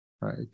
right